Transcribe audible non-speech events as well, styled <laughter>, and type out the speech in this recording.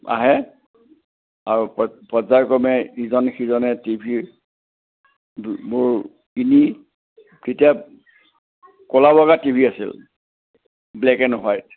আহে আৰু প পৰ্য্যায়ক্ৰমে ইজনে সিজনে টিভিৰ <unintelligible> তেতিয়া কলা বগা টিভি আছিল ব্লেক এণ্ড হুৱাইট